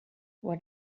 what